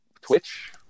Twitch